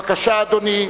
בבקשה, אדוני.